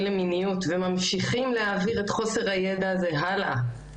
למיניות וממשיכים להעביר את חוסר הידע הזה הלאה,